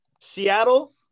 Seattle